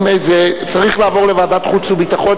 אם זה צריך לעבור לוועדת חוץ וביטחון,